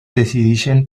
decideixen